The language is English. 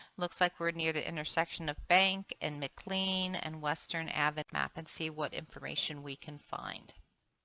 looks like we are near the intersection of bank and maclean and western avenue. map and see what information we can find.